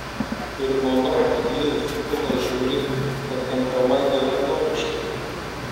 ir manau kad jie į futbolą žiūri pakankamai geranoriškai